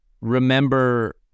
remember